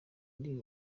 kuri